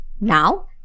Now